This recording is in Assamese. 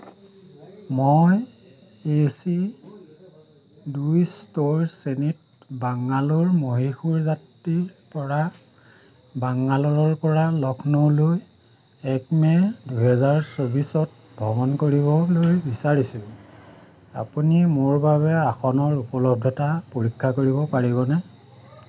মই এ চি দুই স্তৰ শ্ৰেণীত বাংগালোৰ মহীশূৰ যাত্ৰীৰপৰা বাংগালোৰৰপৰা লক্ষ্ণৌ লৈ এক মে' দুহেজাৰ চৌবিছত ভ্ৰমণ কৰিবলৈ বিচাৰিছোঁ আপুনি মোৰ বাবে আসনৰ উপলব্ধতা পৰীক্ষা কৰিব পাৰিবনে